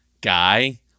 guy